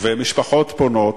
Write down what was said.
ומשפחות פונות,